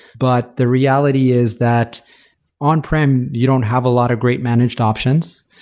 but the reality is that on-prem, you don't have a lot of great managed options.